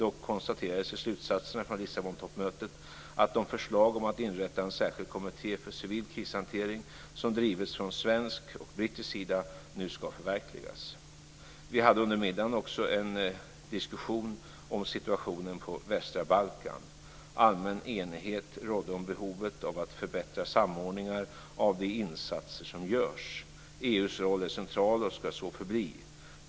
Dock konstaterades i slutsatserna från Lissabontoppmötet att de förslag om att inrätta en särskild kommitté för civil krishantering som drivits från svensk och brittisk sida nu ska förverkligas. Allmän enighet rådde om behovet av att förbättra samordningen av de insatser som görs. EU:s roll är central och ska så förbli.